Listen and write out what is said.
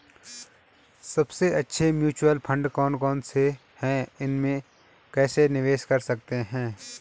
सबसे अच्छे mutual fund कौन कौनसे हैं इसमें कैसे निवेश कर सकते हैं?